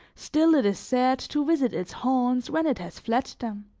still it is sad to visit its haunts when it has fled them.